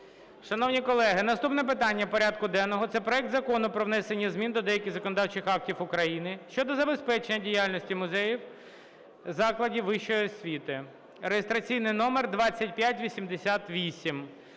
Шановні колеги, наступне питання порядку денного – це проект Закону про внесення змін до деяких законодавчих актів України щодо забезпечення діяльності музеїв закладів вищої освіти (реєстраційний номер 2588).